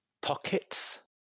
pockets